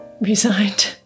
resigned